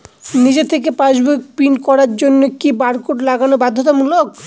নিজে থেকে passbook print করার জন্য কি বারকোড লাগানো বাধ্যতামূলক?